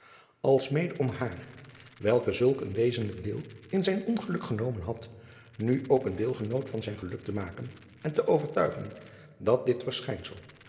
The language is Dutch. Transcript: alsmede om haar welke zulk een wezenlijk deel in zijn ongeluk genomen had nu ook een deelgenoot van zijn geluk te maken en te overtuigen dat dit verschijnsel